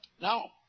Now